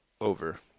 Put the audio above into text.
over